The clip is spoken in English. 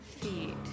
feet